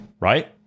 right